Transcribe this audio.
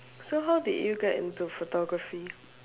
so how did you get into photography